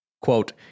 Quote